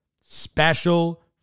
Special